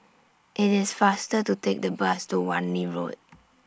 IT IS faster to Take The Bus to Wan Lee Road